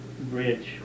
bridge